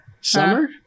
Summer